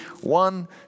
One